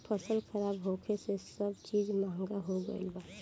फसल खराब होखे से सब चीज महंगा हो गईल बा